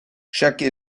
chaque